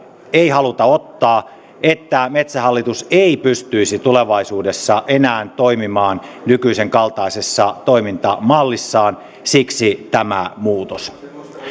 ei haluta ottaa riskiä siitä että metsähallitus ei pystyisi tulevaisuudessa enää toimimaan nykyisen kaltaisessa toimintamallissaan siksi tämä muutos